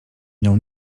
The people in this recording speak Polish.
nią